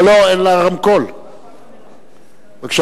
כבוד